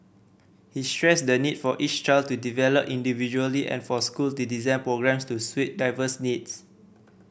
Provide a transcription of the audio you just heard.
he stressed the need for each child to develop individually and for school design programmes to suit diverse needs